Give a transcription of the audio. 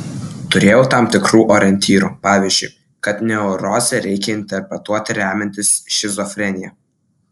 turėjau tam tikrų orientyrų pavyzdžiui kad neurozę reikia interpretuoti remiantis šizofrenija